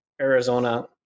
Arizona